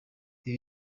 ibi